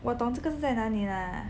我懂这个是在哪里 lah